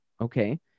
Okay